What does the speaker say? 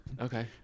okay